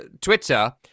twitter